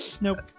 Nope